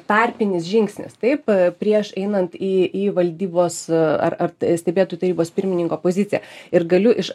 tarpinis žingsnis taip prieš einant į į valdybos ar ar stebėtojų tarybos pirmininko poziciją ir galiu iš